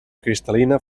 cristal·lina